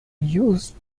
used